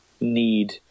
need